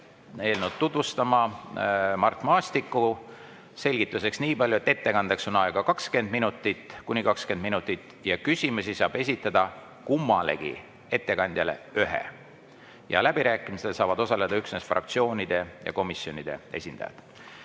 eelnõu tutvustama, selgituseks nii palju, et ettekandeks on aega kuni 20 minutit, küsimusi saab esitada kummalegi ettekandjale ühe ja läbirääkimistel saavad osaleda üksnes fraktsioonide ja komisjonide esindajad.